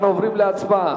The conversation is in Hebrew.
אנחנו עוברים להצבעה.